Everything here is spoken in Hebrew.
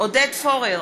עודד פורר,